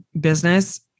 business